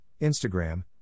Instagram